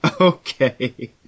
okay